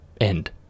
end